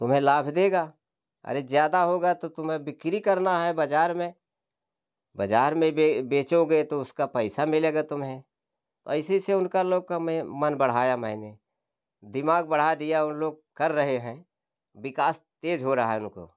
तुम्हें लाभ देगा अरे ज्यादा होगा तो तुम्हें बिक्री करना है बजार में बजार में बेचोगे तो उसका पैसा मिलेगा तुम्हें ऐसे ऐसे उनका लोग का मैं मन बढ़ाया मैंने दिमाग बढ़ा दिया उन लोग कर रहे हैं विकास तेज हो रहा उनको